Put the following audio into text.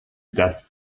das